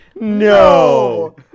No